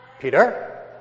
Peter